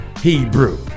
hebrew